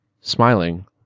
Smiling